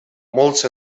molts